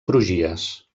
crugies